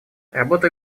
работа